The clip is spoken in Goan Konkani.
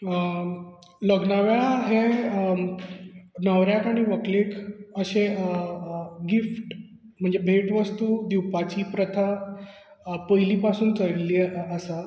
हा लग्ना वेळार हे अ न्हवऱ्याक आनी व्हंकलेक अशें अ अ गिफ्ट म्हणजे भेट वस्तु दिवपाची प्रथा आ पयली पासुन चल्लेली अ आसा